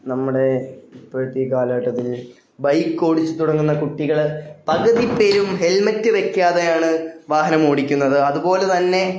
നമ്മുടെ ഇപ്പോഴത്തെ ഈ കാലഘട്ടത്തില് ബൈക്കോടിച്ചു തുടങ്ങുന്ന കുട്ടികള് പകുതിപ്പേരും ഹെൽമറ്റ് വയ്ക്കാതെയാണു വാഹനമോടിക്കുന്നത് അതുപോലെ തന്നെ